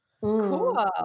Cool